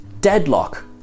deadlock